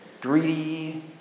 greedy